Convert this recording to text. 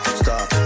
stop